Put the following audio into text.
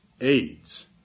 AIDS